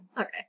Okay